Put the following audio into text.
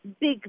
big